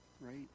Right